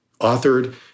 authored